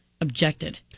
objected